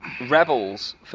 Rebels